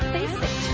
Basic